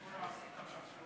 אדוני היושב בראש,